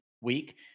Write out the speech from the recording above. week